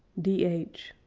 d h.